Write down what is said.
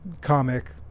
comic